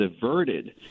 diverted